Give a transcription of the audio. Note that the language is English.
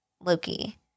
Loki